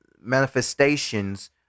manifestations